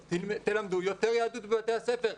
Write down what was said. תלמדו יותר יהדות בתי הספר.